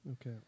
Okay